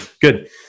good